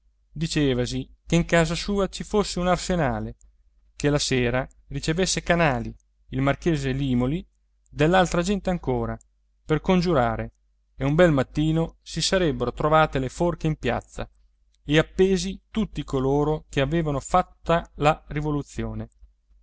dicevasi che in casa sua ci fosse un arsenale che la sera ricevesse canali il marchese limòli dell'altra gente ancora per congiurare e un bel mattino si sarebbero trovate le forche in piazza e appesi tutti coloro che avevano fatta la rivoluzione